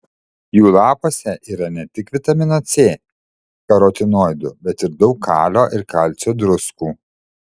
jų lapuose yra ne tik vitamino c karotinoidų bet ir daug kalio ir kalcio druskų